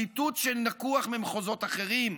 ציטוט שלקוח ממחוזות אחרים.